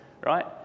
right